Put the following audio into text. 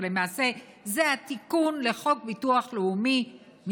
אבל למעשה זה התיקון לחוק ביטוח לאומי,